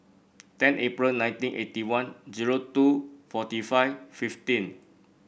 ten April nineteen eighty one zero two forty five fifteen